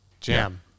jam